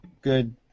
good